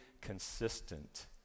consistent